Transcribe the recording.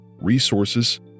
resources